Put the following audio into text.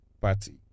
party